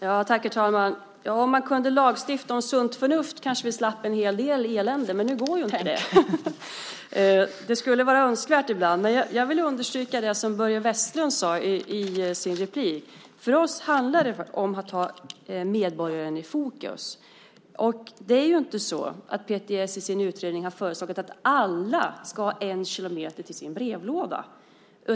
Herr talman! Om man kunde lagstifta om sunt förnuft kanske vi slapp en hel del elände, men nu går ju inte det! Det skulle dock vara önskvärt ibland. Jag vill understryka det som Börje Vestlund sade: För oss handlar det om att ha medborgaren i fokus. Det är ju inte så att PTS i sin utredning har föreslagit att alla ska ha en kilometer till sin brevlåda.